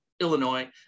Illinois